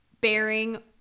bearing